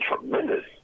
tremendous